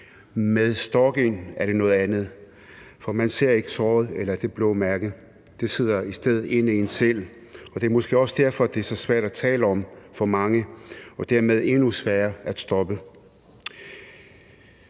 Med stalking er det noget andet, for man ser ikke såret eller det blå mærke. Det sidder i stedet inde i en selv, og det er måske også derfor, det er så svært at tale om for mange og dermed endnu sværere at stoppe.